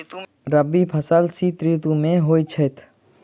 रबी फसल शीत ऋतु मे होए छैथ?